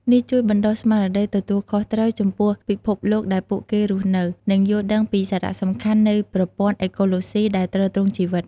នេះជួយបណ្ដុះស្មារតីទទួលខុសត្រូវចំពោះពិភពលោកដែលពួកគេរស់នៅ និងយល់ដឹងពីសារៈសំខាន់នៃប្រព័ន្ធអេកូឡូស៊ីដែលទ្រទ្រង់ជីវិត។